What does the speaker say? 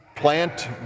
plant